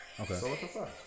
Okay